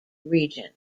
region